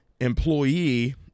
employee